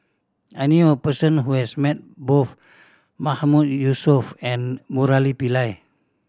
I knew a person who has met both Mahmood Yusof and Murali Pillai